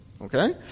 Okay